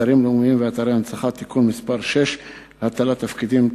אתרים לאומיים ואתרי הנצחה (תיקון מס' 6) (הטלת תפקידים),